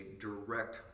direct